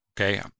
okay